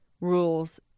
rules